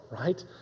right